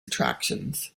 attractions